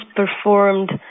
performed